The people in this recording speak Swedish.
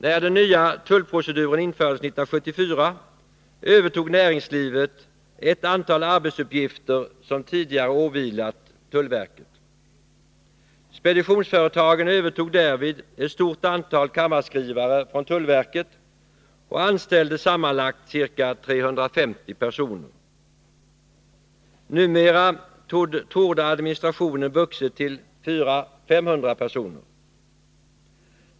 När den nya tullproceduren infördes 1974 övertog näringslivet ett antal arbetsuppgifter som tidigare åvilat tullverket. Speditionsföretagen övertog därvid ett stort antal kammarskrivare från tullverket och anställde sammanlagt ca 350 personer. Numera torde administrationen ha vuxit till att omfatta 400-500 personer.